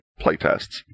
playtests